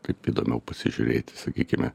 taip įdomiau pasižiūrėti sakykime